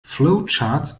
flowcharts